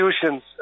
solutions